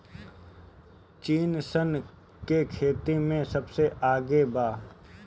चीन सन के खेती में सबसे आगे बा